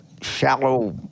shallow